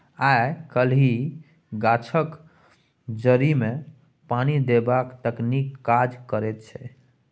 आय काल्हि गाछक जड़िमे पानि देबाक तकनीक काज करैत छै